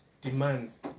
demands